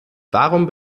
warum